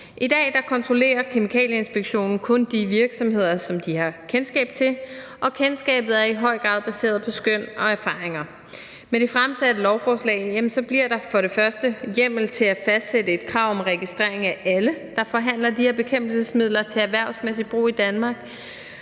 I dag kontrollerer kemikalieinspektionen kun de virksomheder, som de har kendskab til, og kendskabet er i høj grad baseret på skøn og erfaringer. Med det fremsatte lovforslag bliver der for det første hjemmel til at fastsætte et krav om registrering af alle, der forhandler de her bekæmpelsesmidler til erhvervsmæssig brug i Danmark.